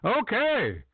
Okay